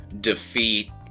defeat